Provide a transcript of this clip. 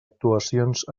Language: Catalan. actuacions